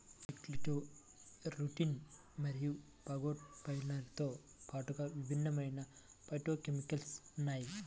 బుక్వీట్లో రుటిన్ మరియు ఫాగోపైరిన్లతో పాటుగా విభిన్నమైన ఫైటోకెమికల్స్ ఉన్నాయి